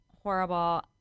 horrible